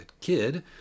kid